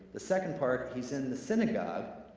the second part, he's in the synagogue